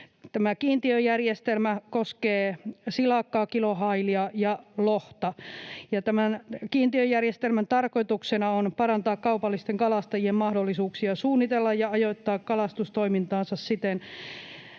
Tämä kiintiöjärjestelmä koskee silakkaa, kilohailia ja lohta, ja kiintiöjärjestelmän tarkoituksena on parantaa kaupallisten kalastajien mahdollisuuksia suunnitella ja ajoittaa kalastustoimintaansa siten,